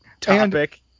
topic